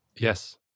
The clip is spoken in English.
Yes